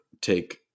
take